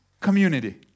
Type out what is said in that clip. community